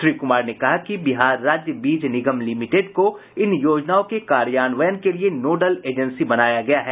श्री कुमार ने कहा कि बिहार राज्य बीज निगम लिमिटेड को इन योजनाओं के कार्यान्वयन के लिये नोडल एजेंसी बनाया गया है